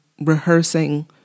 rehearsing